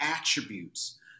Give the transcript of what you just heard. attributes